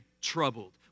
troubled